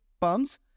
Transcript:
pumps